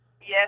Yes